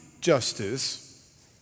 justice